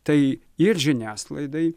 tai ir žiniasklaidai